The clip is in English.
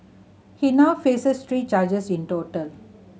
he now faces three charges in total